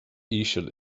íseal